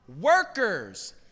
workers